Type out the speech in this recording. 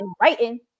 writing